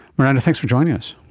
miranda, thanks for joining us.